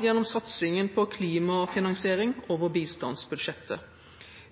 gjennom satsingen på klimafinansiering over bistandsbudsjettet.